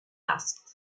asked